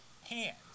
hands